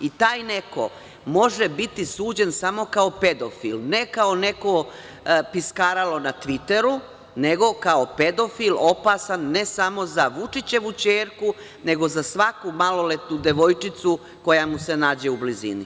I taj neko može biti suđen samo kao pedofil, ne kao neko piskaralo na „Tviteru“, nego kao pedofil opasan, ne samo za Vučićevu ćerku nego za svaku maloletnu devojčicu koja mu se nađe u blizini.